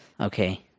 Okay